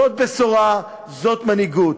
זו בשורה וזו מנהיגות.